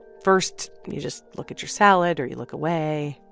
first, you just look at your salad or you look away.